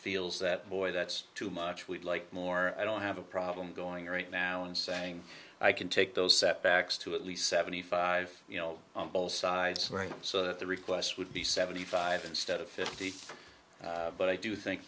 feels that boy that's too much we'd like more i don't have a problem going right now and saying i can take those setbacks to at least seventy five you know on both sides right so that the requests would be seventy five instead of fifty but i do think